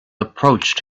approached